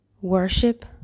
Worship